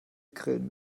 grillen